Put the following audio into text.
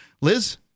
Liz